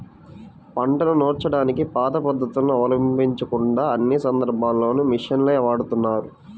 పంటను నూర్చడానికి పాత పద్ధతులను అవలంబించకుండా అన్ని సందర్భాల్లోనూ మిషన్లనే వాడుతున్నారు